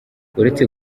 uretse